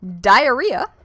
Diarrhea